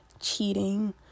Cheating